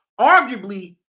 arguably